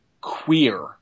queer